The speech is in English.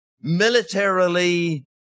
militarily